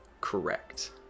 Correct